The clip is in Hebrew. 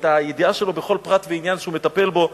את הידיעה שלו בכל פרט ועניין שהוא מטפל בו.